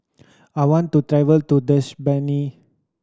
I want to travel to Dushanbe